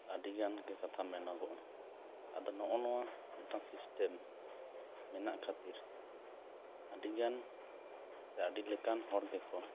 ᱟᱹᱰᱤ ᱜᱟᱱ ᱜᱮ ᱠᱟᱛᱷᱟ ᱢᱮᱱᱚᱜᱚᱜᱼᱟ ᱟᱫᱚ ᱱᱚᱜᱼᱚᱭ ᱱᱚᱣᱟ ᱢᱤᱫᱴᱟᱝ ᱥᱤᱥᱴᱮᱢ ᱢᱮᱱᱟᱜ ᱠᱷᱟᱹᱛᱤᱨ ᱟᱹᱰᱤ ᱜᱟᱱ ᱟᱹᱰᱤ ᱞᱮᱠᱟᱱ ᱦᱚᱲ ᱜᱮᱠᱚ